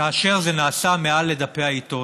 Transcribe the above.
כאשר זה נעשה מעל דפי העיתון.